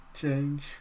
change